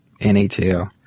NHL